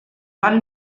van